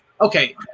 okay